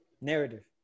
Narrative